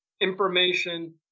information